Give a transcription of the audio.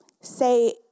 say